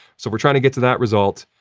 so, if we're trying to get to that result,